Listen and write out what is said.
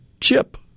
chip